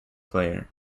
player